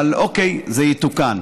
אבל אוקיי, זה יתוקן.